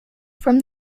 from